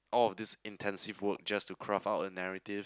all of this intensive work just to craft out a narrative